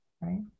right